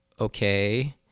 okay